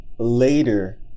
Later